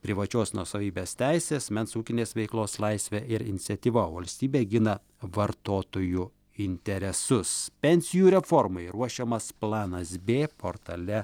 privačios nuosavybės teise asmens ūkinės veiklos laisve ir iniciatyva o valstybė gina vartotojų interesus pensijų reformai ruošiamas planas b portale